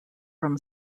from